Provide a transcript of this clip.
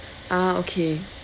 ah okay